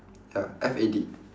ya F A D